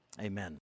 amen